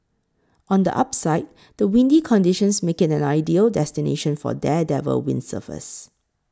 on the upside the windy conditions make it an ideal destination for daredevil windsurfers